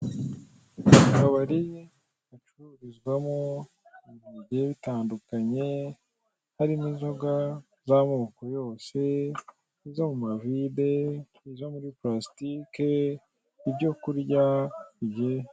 Akabari gacururizwamo ibintu bigiye bitandukanye, harimo inzoga z'amoko yose, izo mu mavide, izo muri pulasitike, ibyo kurya bigiye.